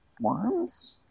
worms